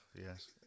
yes